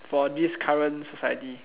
for this current society